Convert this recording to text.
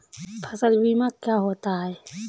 फसल बीमा क्या होता है?